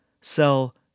sell